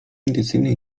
intensywnej